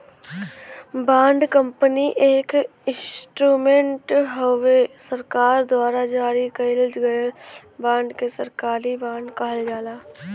bond company एक instrument हउवे सरकार द्वारा जारी कइल गयल बांड के सरकारी बॉन्ड कहल जाला